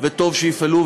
וטוב שיפעלו,